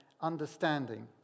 understanding